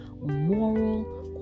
moral